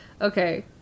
Okay